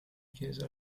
chiesa